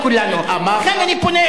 אמרת, לכן אני פונה אליכם,